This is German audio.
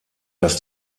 dass